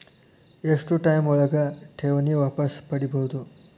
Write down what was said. ಎಷ್ಟು ಟೈಮ್ ಒಳಗ ಠೇವಣಿ ವಾಪಸ್ ಪಡಿಬಹುದು?